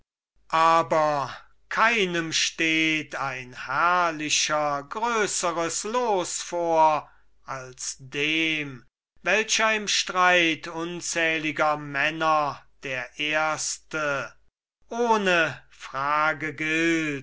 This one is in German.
aber keinem steht ein herrlicher größeres los vor als dem welcher im streit unzähliger männer der erste ohne frage gilt